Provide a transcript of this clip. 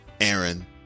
Aaron